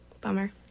bummer